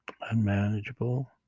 unmanageable